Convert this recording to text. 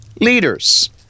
leaders